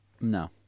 No